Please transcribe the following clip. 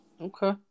Okay